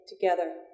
together